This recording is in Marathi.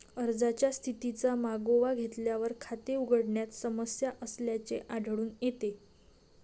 अर्जाच्या स्थितीचा मागोवा घेतल्यावर, खाते उघडण्यात समस्या असल्याचे आढळून येते